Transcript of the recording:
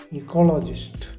ecologist